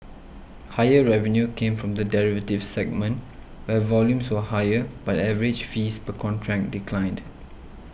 higher revenue came from the derivatives segment where volumes were higher but average fees per contract declined